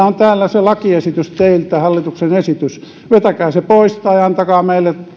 on täällä se lakiesitys teiltä hallituksen esitys vetäkää se pois tai antakaa